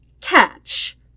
catch